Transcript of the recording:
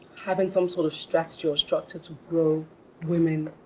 having some sort of strategy or structure to grow women.